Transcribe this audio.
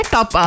Top